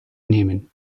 nehmen